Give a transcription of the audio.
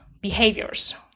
behaviors